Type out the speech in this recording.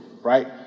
right